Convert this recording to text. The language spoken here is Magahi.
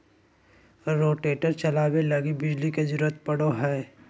रोटेटर चलावे लगी बिजली के जरूरत पड़ो हय